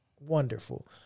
Wonderful